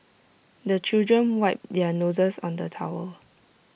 the children wipe their noses on the towel